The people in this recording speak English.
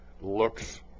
looks